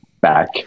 back